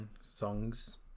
songs